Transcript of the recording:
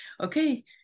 Okay